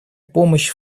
помощь